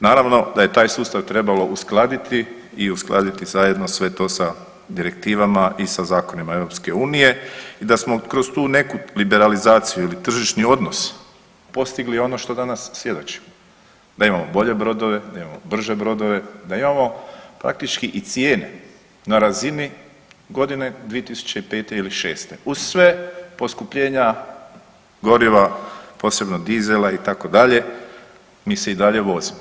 Naravno da je taj sustav trebalo uskladiti i uskladiti zajedno sve to sa direktivama i sa zakonima EU i da smo kroz tu neku liberalizaciju ili tržišni odnos postigli ono što danas svjedočimo, da imamo bolje brodove, da imamo brže brodove, da imamo praktički i cijene na razini godine 2005. ili šeste uz sva poskupljenja goriva, posebno dizela itd. mi se i dalje vozimo.